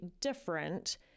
different